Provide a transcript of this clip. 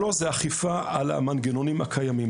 שלוש, זה אכיפה על המנגנונים הקיימים.